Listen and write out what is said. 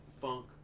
funk